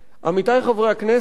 עמיתי חברי הכנסת,